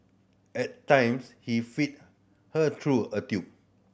at times he fed her through a tube